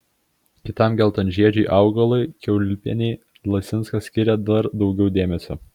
kitam geltonžiedžiui augalui kiaulpienei lasinskas skiria dar daugiau dėmesio